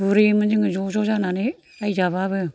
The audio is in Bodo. गुरहैयोमोन जोङो ज' ज' जानानै रायजाबाबो